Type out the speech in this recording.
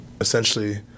essentially